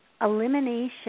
elimination